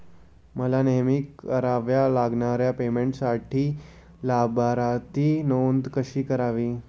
मला नेहमी कराव्या लागणाऱ्या पेमेंटसाठी लाभार्थी नोंद कशी करावी?